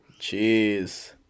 Jeez